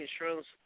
insurance